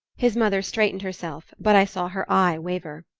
his mother straightened herself, but i saw her eye waver.